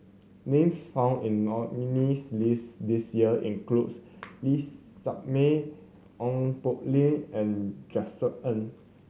names found in nominees' list this year includes Lee Shermay Ong Poh Lim and Josef Ng